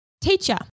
Teacher